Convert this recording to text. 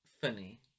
funny